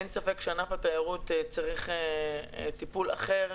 אין ספק שענף התיירות צריך טיפול אחר.